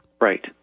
right